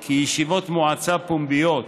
כי ישיבות מועצה פומביות